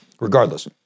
Regardless